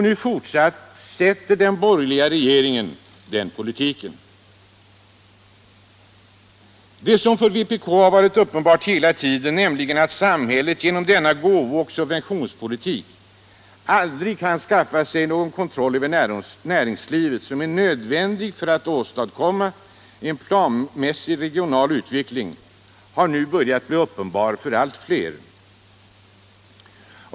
Nu fortsätter den borgerliga regeringen den politiken. Det som för vpk har varit uppenbart hela tiden, nämligen att samhället genom denna gåvooch subventionspolitik aldrig kan skaffa sig den kontroll över näringslivet som är nödvändig för att åstadkomma en planmässig regional utveckling, har nu börjat bli uppenbart för allt fler.